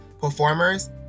performers